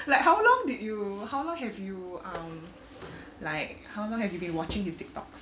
like how long did you how long have you um like how long have you been watching his tiktoks